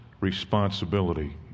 responsibility